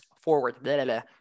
forward